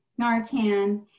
Narcan